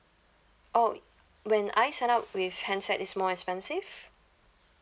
oh when I sign up with handset it's more expensive